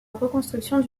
reconstruction